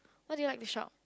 what do you like to shop